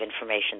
information